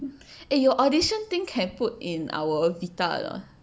eh your audition thing can put in our vita or not